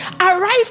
arrive